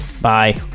Bye